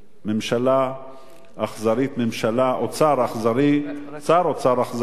ממשלה אכזרית, אוצר אכזרי, שר אוצר אכזרי,